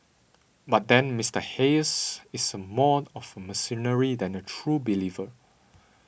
but then Mister Hayes is a more of a mercenary than a true believer